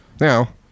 Now